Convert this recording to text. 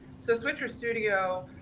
so switcher studio,